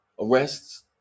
arrests